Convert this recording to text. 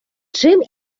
чим